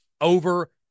over